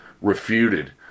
refuted